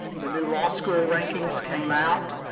the new law school rankings came out,